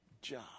job